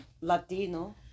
Latino